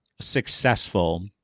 successful